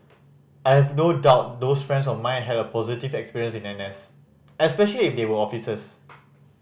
I have no doubt those friends of mine had a positive experience in N S especially if they were officers